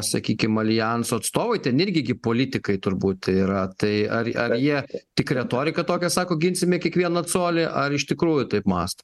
sakykim aljanso atstovai ten irgi gi politikai turbūt yra tai ar ar jie tik retorika tokia sako ginsime kiekvieną colį ar iš tikrųjų taip mąsto